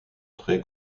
très